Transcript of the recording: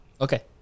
Okay